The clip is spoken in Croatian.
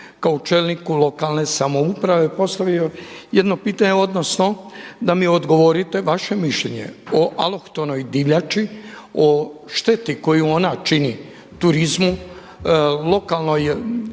kao čelniku lokalne samouprave postavio jedno pitanje odnosno da mi odgovorite vaše mišljenje o alohtonoj divljači, o šteti koju ona čini turizmu, lokalnoj